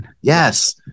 Yes